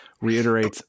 reiterates